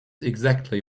exactly